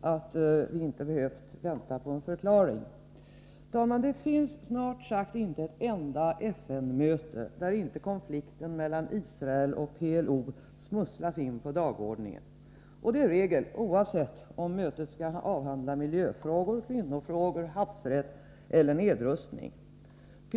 att vi inte behövt vänta på en förklaring. Herr talman! Det hålls snart sagt inte ett enda FN-möte där inte konflikten mellan Israel och PLO smusslas in på dagordningen. Det är regel, oavsett om mötet skall avhandla miljöfrågor, kvinnofrågor, havsrätt eller nedrustning.